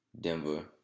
Denver